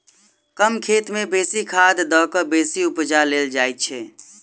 कम खेत मे बेसी खाद द क बेसी उपजा लेल जाइत छै